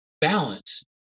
balance